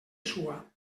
sua